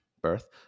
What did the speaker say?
birth